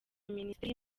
minisiteri